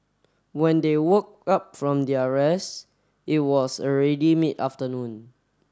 when they woke up from their rest it was already mid afternoon